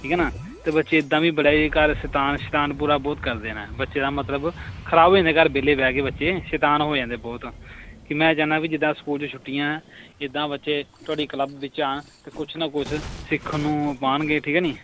ਠੀਕ ਹੈ ਨਾ ਤੇ ਬੱਚੇ ਇੱਦਾਂ ਵੀ ਬੜੇ ਘਰ ਸ਼ੈਤਾਨ ਸ਼ੈਤਾਨ ਪੂਰਾ ਬਹੁਤ ਕਰਦੇ ਨੇ ਬੱਚੇ ਦਾ ਮਤਲਬ ਖ਼ਰਾਬ ਹੋ ਜਾਂਦੇ ਘਰ ਵਿਹਲੇ ਬਹਿ ਕੇ ਬੱਚੇ ਸ਼ੈਤਾਨ ਹੋ ਜਾਂਦੇ ਬਹੁਤ ਕਿ ਮੈਂ ਚਾਹੁੰਦਾ ਵੀ ਜਿੱਦਾਂ ਸਕੂਲ 'ਚ ਛੁੱਟੀਆਂ ਜਿੱਦਾਂ ਬੱਚੇ ਤੁਹਾਡੇ ਕਲੱਬ ਵਿੱਚ ਆਉਣ ਤਾਂ ਕੁਛ ਨਾ ਕੁਛ ਸਿੱਖਣ ਨੂੰ ਉਹ ਪਾਣਗੇ ਠੀਕ ਹੈ ਨਹੀਂ